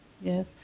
Yes